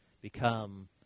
become